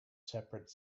separate